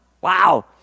Wow